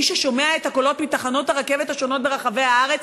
מי ששומע את הקולות מתחנות הרכבת השונות ברחבי הארץ,